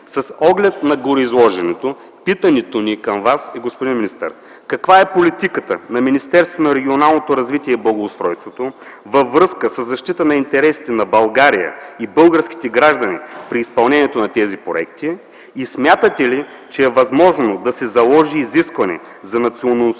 С оглед на гореизложеното питането ни към Вас, господин министър, е: каква е политиката на Министерството на регионалното развитие и благоустройството във връзка със защита на интересите на България и българските граждани при изпълнението на тези проекти и смятате ли, че е възможно да се заложи изискване за националността